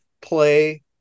play